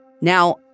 Now